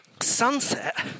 sunset